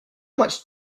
much